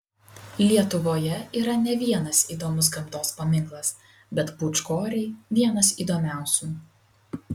lietuvoje yra ne vienas įdomus gamtos paminklas bet pūčkoriai vienas įdomiausių